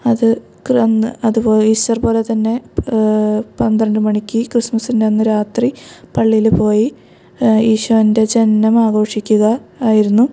അത് അന്ന് അത് ഈസ്റ്റർ പോലെ തന്നെ പന്ത്രണ്ട് മണിക്ക് ക്രിസ്മസ്സിൻ്റെ അന്ന് രാത്രി പള്ളിയിൽ പോയി ഈശോൻ്റെ ജനനം ആഘോഷിക്കുക ആയിരുന്നു